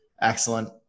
excellent